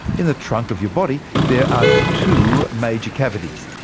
in the trunk of your body there are two major cavities.